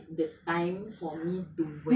to me like it's m~